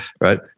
right